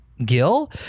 Gil